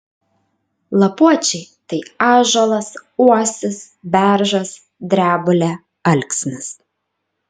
lapuočiai tai ąžuolas uosis beržas drebulė alksnis